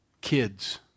Kids